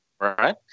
right